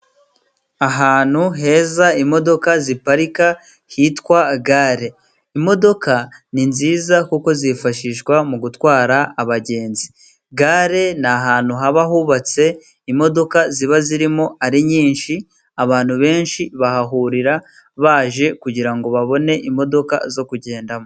Ahantu heza imodoka ziparika hitwa gare, imodoka ni nziza kuko zifashishwa mu gutwara abagenzi. Gare ni ahantu haba hubatse, imodoka ziba zirimo ari nyinshi, abantu benshi bahahurira baje kugira ngo babone imodoka zo kugendamo.